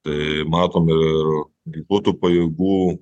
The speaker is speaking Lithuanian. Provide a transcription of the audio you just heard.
tai matom ir ginkluotų pajėgų